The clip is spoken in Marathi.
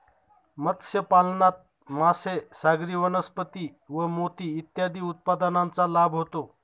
मत्स्यपालनात मासे, सागरी वनस्पती व मोती इत्यादी उत्पादनांचा लाभ होतो